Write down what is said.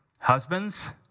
Husbands